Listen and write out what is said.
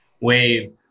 wave